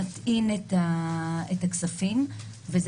ועם הכניסה של החוק הזה,